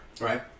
right